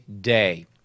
day